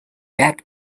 back